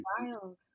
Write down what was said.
wild